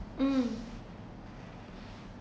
um